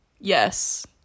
Yes